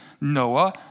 Noah